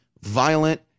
violent